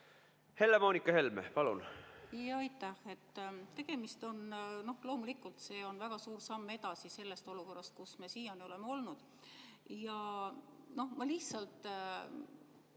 Helle-Moonika Helme, palun!